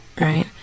right